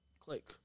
click